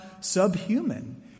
subhuman